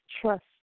trust